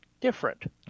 different